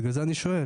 בגלל זה אני שואל.